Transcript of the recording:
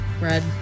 red